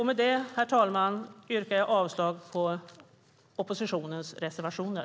Med det, herr talman, yrkar jag avslag på oppositionens reservationer.